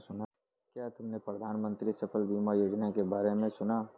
क्या तुमने प्रधानमंत्री फसल बीमा योजना के बारे में सुना?